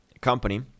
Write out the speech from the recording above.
company